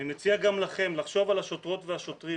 אני מציע גם לכם לחשוב על השוטרות והשוטרים,